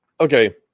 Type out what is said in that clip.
Okay